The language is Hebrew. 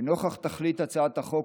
לנוכח תכלית הצעת החוק,